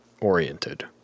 oriented